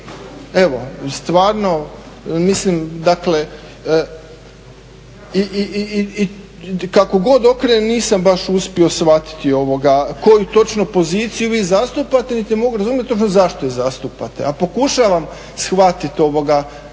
Evo, stvarno mislim dakle, i kako god okrenem nisam baš uspio shvatiti koju točno poziciju vi zastupate niti mogu razumjeti točno zašto je zastupate. A pokušavam shvatiti što